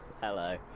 Hello